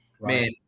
Man